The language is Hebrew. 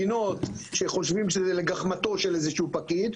שחושבים שזה לגחמתו של איזשהו פקיד.